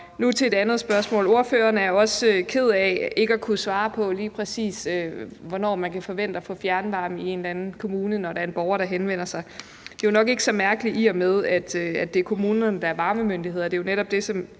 Nu til et andet spørgsmål. Ordføreren er også ked af ikke at kunne svare på, lige præcis hvornår man kan forvente at få fjernvarme i en eller anden kommune, når der er en borger, der henvender sig. Det er jo nok ikke så mærkeligt, i og med at det er kommunerne, der er varmemyndigheder,